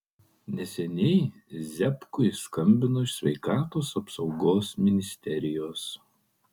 neseniai ziabkui skambino iš sveikatos apsaugos ministerijos